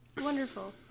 Wonderful